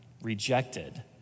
Rejected